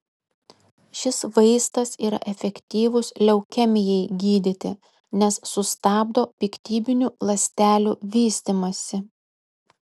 šis vaistas yra efektyvus leukemijai gydyti nes sustabdo piktybinių ląstelių vystymąsi